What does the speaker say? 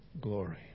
glory